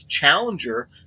challenger